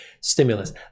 stimulus